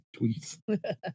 tweets